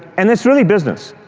and it's really business,